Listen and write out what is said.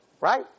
Right